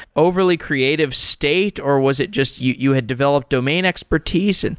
overly creative state, or was it just you you had developed domain expertise? and